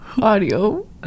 audio